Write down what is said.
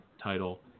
title